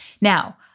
Now